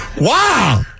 Wow